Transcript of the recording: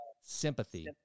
sympathy